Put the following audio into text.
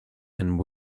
and